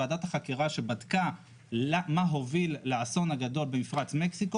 ועדת החקירה שבדקה מה הוביל לאסון הגדול במפרץ מקסיקו,